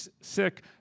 sick